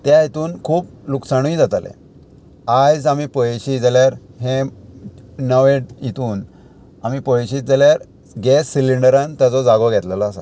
त्या हितून खूब लुकसाणूय जाताले आयज आमी पळयशी जाल्यार हे नवे हितून आमी पळयशीत जाल्यार गॅस सिलींडरान ताचो जागो घेतलेलो आसा